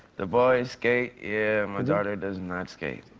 the boys skate, yeah. my daughter does not skate.